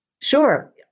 Sure